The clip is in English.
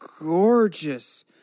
gorgeous